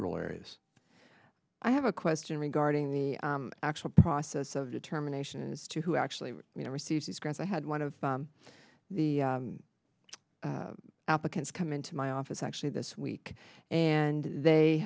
rural areas i have a question regarding the actual process of determination as to who actually you know receives these grants i had one of the applicants come into my office actually this week and they